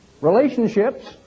relationships